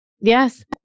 Yes